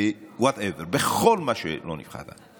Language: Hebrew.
ב- ,whateverכל מה שלא נבחרת.